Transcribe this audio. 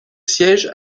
siège